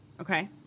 Okay